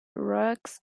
rocks